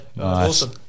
Awesome